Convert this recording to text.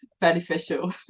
beneficial